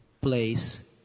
place